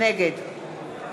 נגד